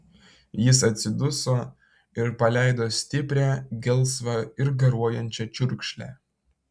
jis atsiduso ir paleido stiprią gelsvą ir garuojančią čiurkšlę